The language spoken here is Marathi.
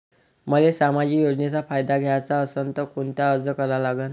मले सामाजिक योजनेचा फायदा घ्याचा असन त कोनता अर्ज करा लागन?